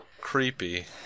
Creepy